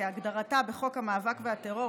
כהגדרתה בחוק המאבק בטרור,